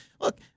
look